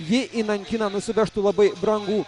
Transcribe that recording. ji į nankiną nusivežtų labai brangų